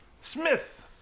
Smith